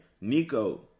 Nico